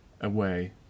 away